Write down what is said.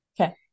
Okay